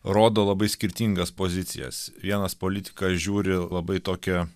rodo labai skirtingas pozicijas vienas politikas žiūri labai tokią